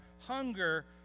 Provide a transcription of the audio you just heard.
hunger